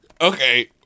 Okay